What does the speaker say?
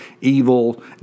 evil